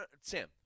Sam